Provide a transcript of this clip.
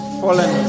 fallen